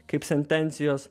kaip sentencijos